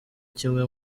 kimwe